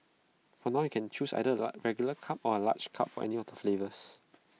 for now you can choose either A regular cup or A large cup for any of the flavours